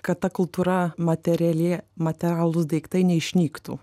kad ta kultūra materiali materialūs daiktai neišnyktų